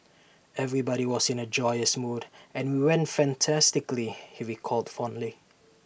everybody was in A joyous mood and IT went fantastically he recalled fondly